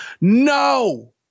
No